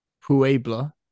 Puebla